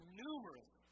numerous